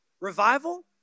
Revival